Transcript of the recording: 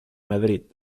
madrid